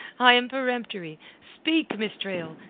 i am peremptory! speak, miss trail,